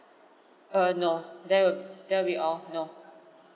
err no that'll that'll be all no